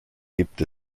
gibt